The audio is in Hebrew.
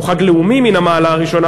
הוא חג לאומי מן המעלה הראשונה,